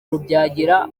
rubyagira